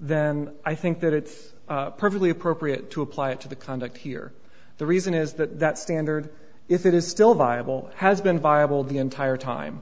then i think that it's perfectly appropriate to apply it to the conduct here the reason is that that standard if it is still viable has been viable the entire time